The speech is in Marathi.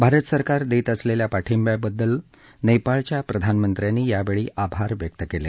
भारत सरकार देत असलेल्या पाठिंबाबद्दल नेपाळच्या प्रधानमंत्र्यांनी यावेळी आभार व्यक्त केले